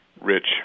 rich